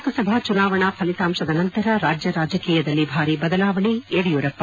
ಲೋಕಸಭಾ ಚುನಾವಣಾ ಫಲಿತಾಂಶದ ನಂತರ ರಾಜ್ಯ ರಾಜಕೀಯದಲ್ಲಿ ಭಾರೀ ಬದಲಾವಣೆ ಯಡಿಯೂರಪ್ಪ